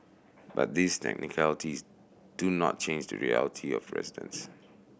but these technicalities do not change the reality for residents